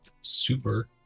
Super